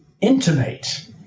intimate